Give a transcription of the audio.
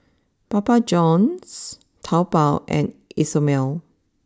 Papa Johns Taobao and Isomil